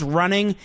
running